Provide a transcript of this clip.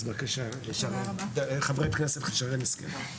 אז בבקשה, חברת הכנסת שרן השכל.